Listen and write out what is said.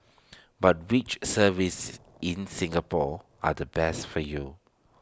but which services in Singapore are the best for you